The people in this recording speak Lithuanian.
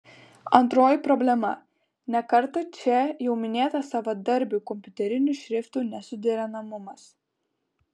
antroji problema ne kartą čia jau minėtas savadarbių kompiuterinių šriftų nesuderinamumas